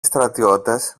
στρατιώτες